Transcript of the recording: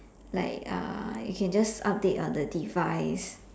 like uh you can just update on the device